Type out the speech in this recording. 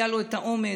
היה לו את האומץ,